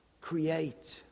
Create